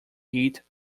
hit